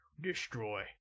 Destroy